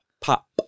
Pop